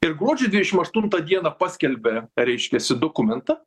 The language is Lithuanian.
ir gruodžio dvidešim aštuntą dieną paskelbė reiškiasi dokumentą